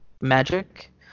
magic